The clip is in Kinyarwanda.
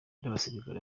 n’abasirikare